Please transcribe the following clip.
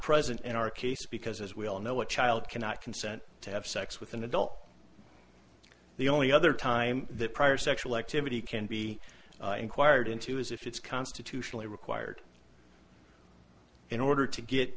present in our case because as we all know what child cannot consent to have sex with an adult the only other time that prior sexual activity can be inquired into is if it's constitutionally required in order to get